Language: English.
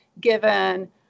given